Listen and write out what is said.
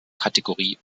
kategorie